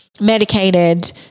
medicated